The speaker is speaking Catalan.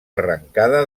arrancada